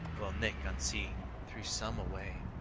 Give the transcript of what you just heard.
while nick unseen threw some away.